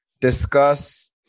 discuss